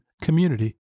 community